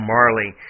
Marley